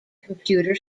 computer